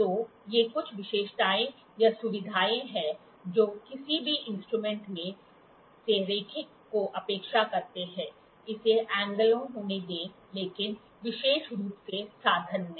तो ये कुछ विशेषताएं या सुविधाऐं हैं जो आप किसी भी इंस्ट्रूमेंट से रैखिक की अपेक्षा करते हैं इसे कोणीय होने दें लेकिन विशेष रूप से साधन में